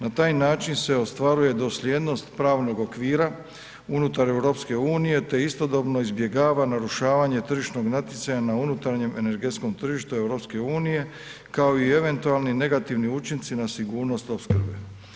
Na taj način se ostvaruje dosljednost pravnog okvira unutar EU te istodobno izbjegava narušavanje tržišnog natjecanja na unutarnjem energetskom tržištu EU, kao i eventualni negativni učinci na sigurnost opskrbe.